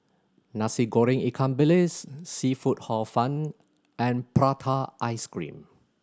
Nasi Goreng ikan bilis seafood Hor Fun and prata ice cream